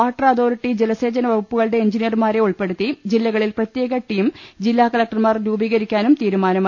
water authority ജലസേചന വകുപ്പുകളൂടെ എൻജിനിയർമാരെ ഉൾപ്പെടുത്തി ജില്ലകളിൽ പ്രത്യേക ട്രീം ്ജില്ലാ കളക്ടർമാർ രൂപീ കരിക്കാനും തീരുമാനമായി